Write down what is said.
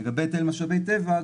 לגבי היטל משאבי טבע,